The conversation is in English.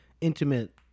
intimate